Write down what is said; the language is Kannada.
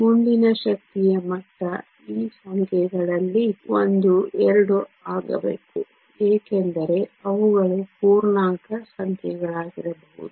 ಮುಂದಿನ ಶಕ್ತಿಯ ಮಟ್ಟ ಈ ಸಂಖ್ಯೆಗಳಲ್ಲಿ ಒಂದು 2 ಆಗಬೇಕು ಏಕೆಂದರೆ ಅವುಗಳು ಪೂರ್ಣಾಂಕ ಸಂಖ್ಯೆಗಳಾಗಿರಬಹುದು